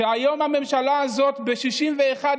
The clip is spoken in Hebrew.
כשהיום הממשלה הזאת ב-61,